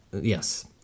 Yes